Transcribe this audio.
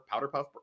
Powderpuff